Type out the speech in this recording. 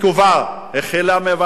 החל מוועדות התכנון,